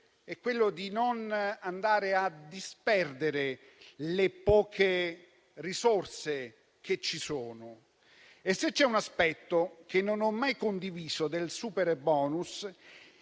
di non disperdere le poche risorse che ci sono e, se c'è un aspetto che non ho mai condiviso del superbonus